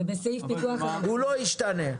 הוא לא ישתנה?